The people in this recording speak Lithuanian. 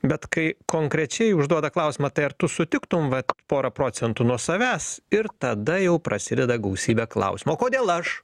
bet kai konkrečiai užduoda klausimą tai ar tu sutiktum vat porą procentų nuo savęs ir tada jau prasideda gausybė klausimų kodėl aš